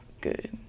good